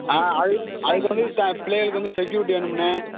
ஆ அது அதுக்கு வந்து த பிள்ளையளுக்கு வந்து செக்யூரிட்டி வேணும்ண்ணே